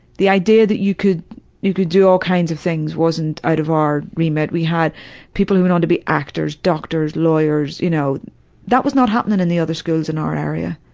the idea that you could you could do all kinds of things wasn't out of our remit. we had people who went on to be actors, doctors, lawyers, you know that was not happening in the other schools in our area.